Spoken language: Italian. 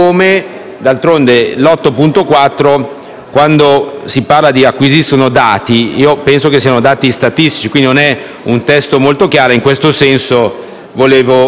chiederei, tralasciando l'emendamento 8.4, che almeno si valuti la possibilità di inserire, oltre a misure di sostegno, anche misure agevolative.